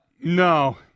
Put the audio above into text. No